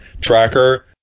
tracker